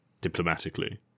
diplomatically